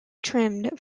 trimmed